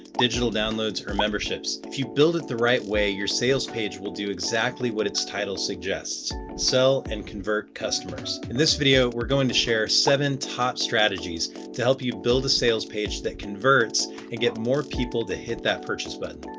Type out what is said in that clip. digital downloads, or memberships. if you build it the right way, your sales page will do exactly what its title suggests, sell and convert customers. in this video we're going to share seven top strategies to help you build a sales page that converts and gets more people to hit that purchase button.